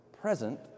present